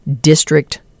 district